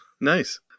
Nice